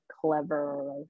clever